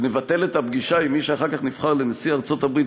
שנבטל את הפגישה עם מי שאחר כך נבחר לנשיא ארצות-הברית,